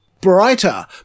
brighter